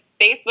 Facebook